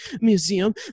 museum